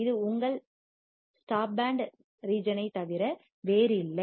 இது உங்கள் stop band region ஐத் தவிர வேறில்லை